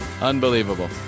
Unbelievable